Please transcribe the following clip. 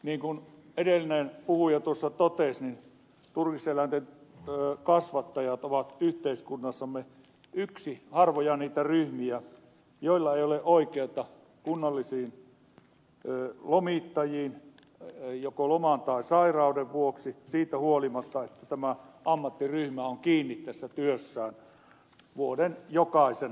niin kuin edellinen puhuja totesi turkiseläinten kasvattajat ovat yhteiskunnassamme yksi niitä harvoja ryhmiä joilla ei ole oikeutta kunnallisiin lomittajiin joko loman tai sairauden vuoksi siitä huolimatta että tämä ammattiryhmä on kiinni työssään vuoden jokaisena päivänä